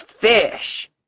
fish